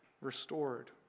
restored